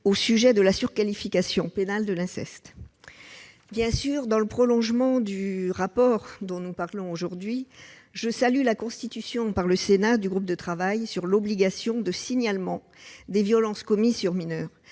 au sujet de la surqualification pénale de l'inceste. Bien sûr, dans le prolongement du rapport d'information dont nous débattons aujourd'hui, je salue la constitution par le Sénat du groupe de travail sur l'obligation de signalement des violences commises sur mineurs